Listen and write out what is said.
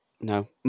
no